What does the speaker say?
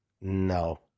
No